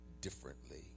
differently